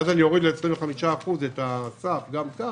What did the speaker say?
אז אוריד ל-25% את הסף גם כאן.